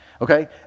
Okay